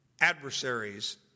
Adversaries